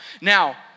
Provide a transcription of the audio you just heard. Now